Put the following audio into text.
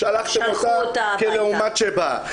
שלחו אותה הביתה.